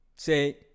Say